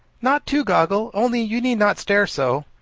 not too goggle only you need not stare so.